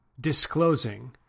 disclosing